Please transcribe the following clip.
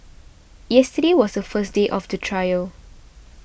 yesterday was the first day of the trial